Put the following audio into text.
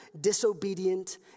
disobedient